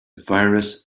virus